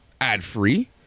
ad-free